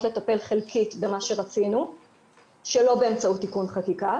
לטפל חלקית במה שרצינו שלא באמצעות תיקון חקיקה.